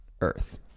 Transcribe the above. Earth